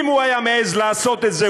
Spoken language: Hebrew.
אם הוא היה מעז לעשות את זה,